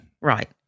right